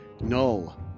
Null